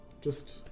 Just-